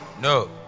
No